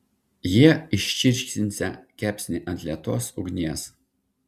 jie iščirškinsią kepsnį ant lėtos ugnies